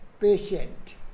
patient